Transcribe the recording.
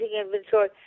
inventory